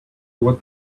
what